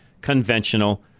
conventional